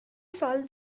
solve